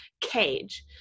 cage